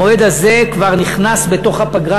המועד הזה כבר נכנס בתוך הפגרה,